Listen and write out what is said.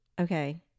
okay